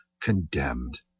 condemned